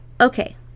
Okay